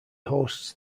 hosts